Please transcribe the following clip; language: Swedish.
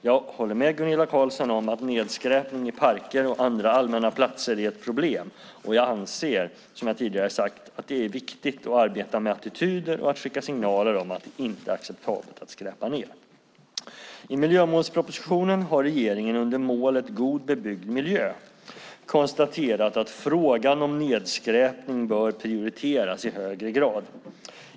Jag håller med Gunilla Carlsson om att nedskräpning i parker och på andra allmänna platser är ett problem, och jag anser, som jag tidigare sagt, att det är viktigt att arbeta med attityder och att skicka signaler om att det inte är acceptabelt att skräpa ned. I miljömålspropositionen har regeringen under målet God bebyggd miljö konstaterat att frågan om nedskräpning bör prioriteras i högre grad.